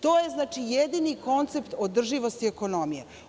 To je jedini koncept održivosti ekonomije.